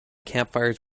campfires